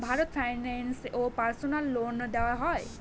Bharat finance এ personal loan দেওয়া হয়?